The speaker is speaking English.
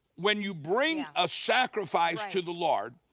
when you bring a sacrifice to the lord,